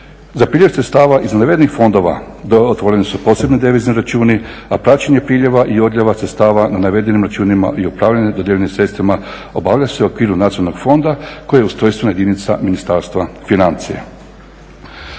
Za priljev sredstava iz navedenih fondova otvoreni su posebni devizni računi a praćenje priljeva i odljeva sredstava na navedenim računima i upravljanje dodijeljenim sredstvima obavlja se u okviru nacionalnog fonda koji je ustrojstvena jedinica Ministarstva financija.